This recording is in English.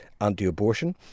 anti-abortion